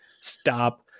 stop